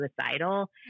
suicidal